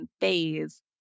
phase